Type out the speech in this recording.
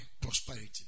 prosperity